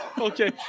Okay